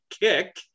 kick